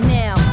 now